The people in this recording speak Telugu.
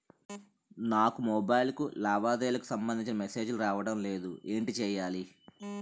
నాకు మొబైల్ కు లావాదేవీలకు సంబందించిన మేసేజిలు రావడం లేదు ఏంటి చేయాలి?